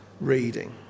reading